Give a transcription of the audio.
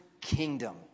kingdom